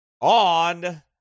on